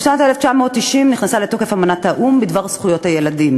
בשנת 1990 נכנסה לתוקף אמנת האו"ם בדבר זכויות הילדים,